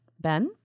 Ben